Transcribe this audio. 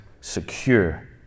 secure